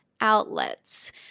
outlets